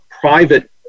private